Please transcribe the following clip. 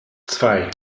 zwei